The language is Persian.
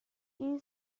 این